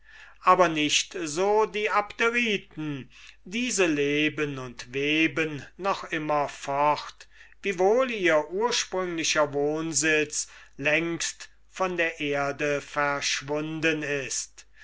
aber nicht so die abderiten diese leben und weben noch immer fort wiewohl ihr ursprünglicher wohnsitz längst von der erde verschwunden ist